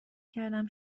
کردم